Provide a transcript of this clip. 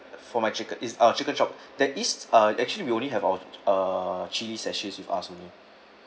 for my chicken is uh chicken chop there is uh actually we only have our uh cheese actually with us only